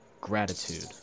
Gratitude